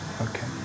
Okay